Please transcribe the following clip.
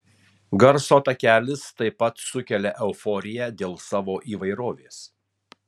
garso takelis taip pat sukelia euforiją dėl savo įvairovės